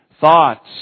thoughts